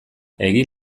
egin